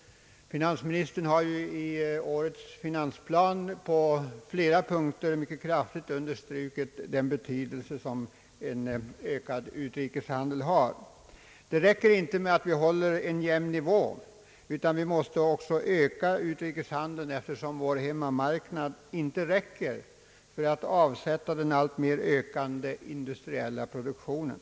Finansministern har i årets finansplan på flera punkter mycket kraftigt understrukit den betydelse som en ökad utrikeshandel har. Det räcker inte med att hålla en jämn nivå, utan vi måste öka utrikeshandeln, eftersom vår hemmamarknad inte är tillräcklig för att där kunna avsätta den alltmer ökande industriella produktionen.